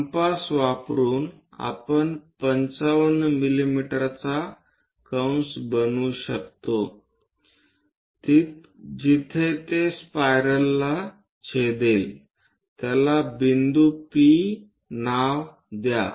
compass वापरुन आपण 55 मिमी ची कंस बनवू शकतो जिथे ते स्पायरलला छेदेल त्याला बिंदू P नाव द्या